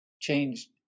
changed